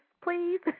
Please